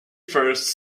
first